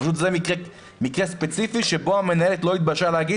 זה מקרה ספציפי שבו המנהלת לא התביישה להגיד